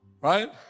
Right